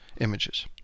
images